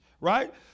right